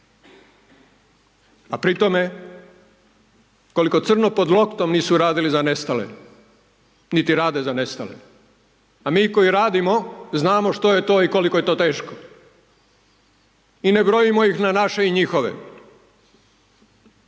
A pri tome koliko crno pod noktom nisu radili za nestale, niti rade za nestale, a mi koji radimo znamo što je to i koliko je to teško i ne brojimo ih na naše i njihove,